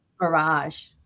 mirage